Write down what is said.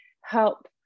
help